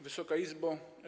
Wysoka Izbo!